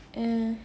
ya